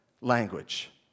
language